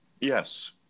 Yes